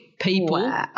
People